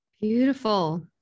Beautiful